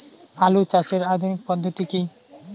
আলু চাষের আধুনিক পদ্ধতি কি?